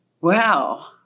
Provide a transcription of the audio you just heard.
wow